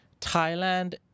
thailand